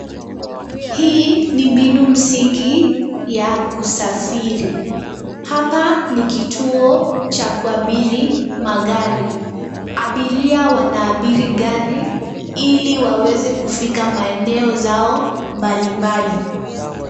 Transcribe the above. Hii ni mbinu msingi ya kusafiri. Hapa ni kituo cha kuabiri magari. Abiria wanaabiri gari ili waweze kufika maeneo zao mbalimbali.